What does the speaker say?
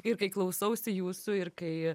ir kai klausausi jūsų ir kai